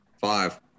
five